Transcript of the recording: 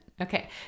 Okay